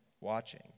watching